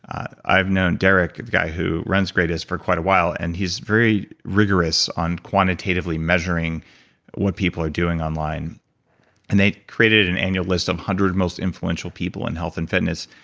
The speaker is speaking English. i've known derek guy who runs greatist for quite a while, and he's very rigorous on quantitatively measuring what people are doing online and they created an annual list of one hundred most influential people in health and fitness,